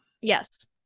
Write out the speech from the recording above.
Yes